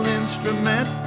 instrument